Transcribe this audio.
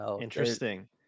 Interesting